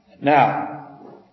Now